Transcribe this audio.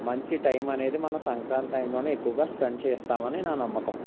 మంచి టైం అనేది మనం సంక్రాంతి టైంలోనే ఎక్కువగా స్పెండ్ చేస్తామని నా నమ్మకం